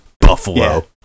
Buffalo